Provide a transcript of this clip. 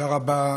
תודה רבה,